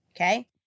Okay